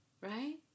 Right